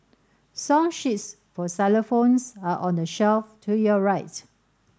song sheets for xylophones are on the shelf to your right